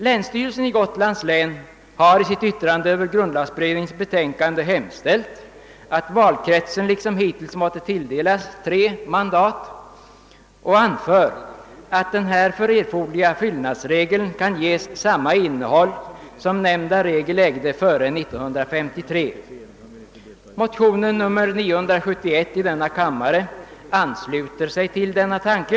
Länsstyrelsen i Gotlands län har i sitt yttrande över grundlagberedningens betänkande hemställt, att valkretsen liksom hittills måtte tilldelas tre mandat, och anför att den härför erforderliga fyllnadsregeln kan ges samma innehåll som motsvarande regel ägde före 1953. Motionen II: 971 ansluter sig till denna tanke.